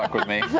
like with me.